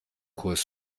kurs